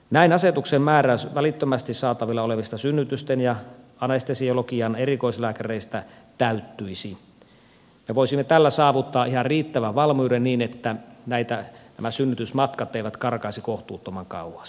näin asetuksen määräys välittömästi saatavilla olevista synnytysten ja anestesiologian erikoislääkäreistä täyttyisi ja voisimme tällä saavuttaa ihan riittävän valmiuden niin että nämä synnytysmatkat eivät karkaisi kohtuuttoman kauas